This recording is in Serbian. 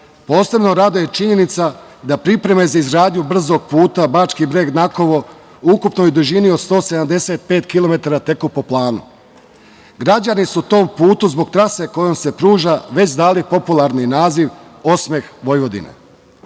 posebno raduje činjenica da pripreme za izgradnju brzog puta Bački Breg-Nakovo, u ukupnoj dužini od 185 kilometara, teku po planu. Građani su tom putu zbog trase kojom se pruža, već dali popularno naziv, „Osmeh Vojvodine“.Građani